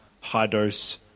high-dose